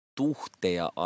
tuhteja